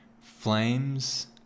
flames